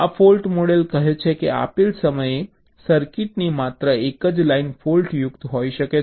આ fault model કહે છે કે આપેલ સમયે સર્કિટની માત્ર એક જ લાઇન ફૉલ્ટયુક્ત હોઈ શકે છે